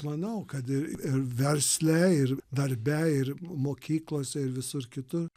manau kad ir ir versle ir darbe ir mokyklose ir visur kitur